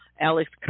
Alex